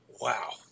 Wow